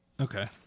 Okay